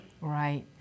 Right